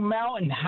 Mountain